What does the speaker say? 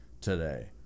today